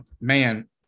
man